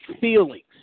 Feelings